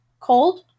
Cold